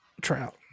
Trout